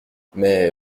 mais